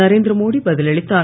நரேந்திர மோடி பதில் அளித்தார்